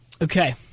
Okay